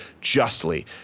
justly